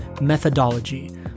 methodology